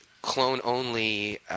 clone-only